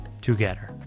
together